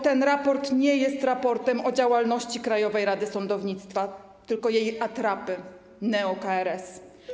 Ten raport nie jest raportem o działalności Krajowej Rady Sądownictwa, tylko jej atrapy, neo-KRS.